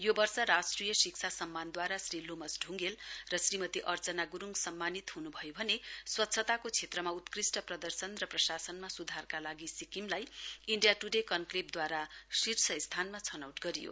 यो वर्षको राष्ट्रिय शिक्षा सम्मानद्वारा श्री लोमस ढ्ङ्गेल र श्रीमती अर्चना ग्रुङ सम्मानित हन्भयो भने स्वच्छताको क्षेत्रमा उत्कृष्ट प्रदर्शन र प्रसासनमा स्धारका लागि सिक्किमलाई कनक्लेभ इण्डिया ट्डेद्वारा शीर्ष स्थानमा छनौट गरियो